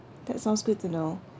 that sounds good to know